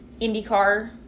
IndyCar